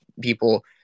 people